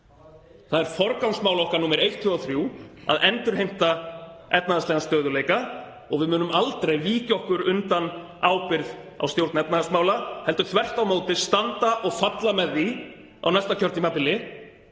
Það er forgangsmál okkar númer eitt, tvö og þrjú að endurheimta efnahagslegan stöðugleika og við munum aldrei víkja okkur undan ábyrgð á stjórn efnahagsmála heldur þvert á móti standa og falla með því á næsta kjörtímabili